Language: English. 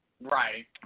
Right